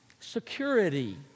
security